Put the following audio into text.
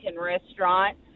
restaurant